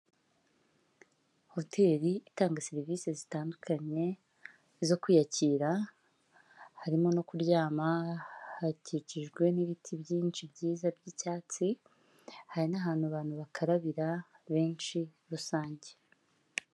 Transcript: Hoteli itanga serivisi zitandukanye zo kwiyakira, harimo no kuryama, hakikijwe n'ibiti byinshi byiza by'icyatsi, hari n'ahantu abantu bakarabira benshi rusange.